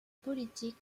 politique